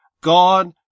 God